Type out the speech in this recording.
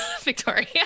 Victoria